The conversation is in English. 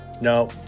No